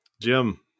Jim